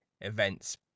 events